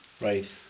Right